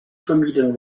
vermieden